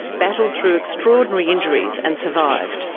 battled through extraordinary injuries and survived.